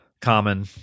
common